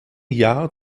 jahr